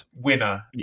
winner